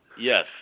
Yes